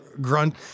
grunt